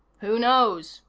who knows?